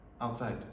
outside